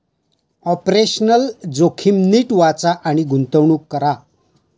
operational जोखीम नीट वाचा आणि गुंतवणूक करा